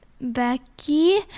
becky